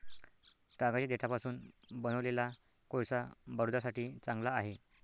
तागाच्या देठापासून बनवलेला कोळसा बारूदासाठी चांगला आहे